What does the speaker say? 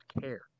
care